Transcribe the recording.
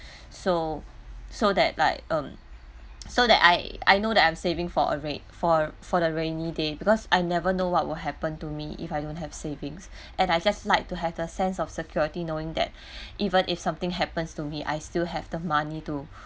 so so that like um so that I I know that I'm saving for a rain for for the rainy day because I never know what will happen to me if I don't have savings and I just like to have the sense of security knowing that even if something happens to me I still have the money to